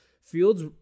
Fields